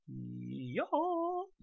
Yo